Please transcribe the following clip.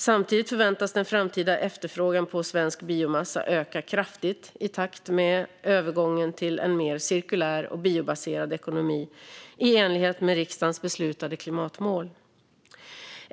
Samtidigt förväntas den framtida efterfrågan på svensk biomassa öka kraftigt i takt med övergången till en mer cirkulär och biobaserad ekonomi i enlighet med riksdagens beslutade klimatmål.